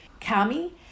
Kami